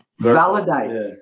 validates